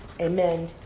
Amen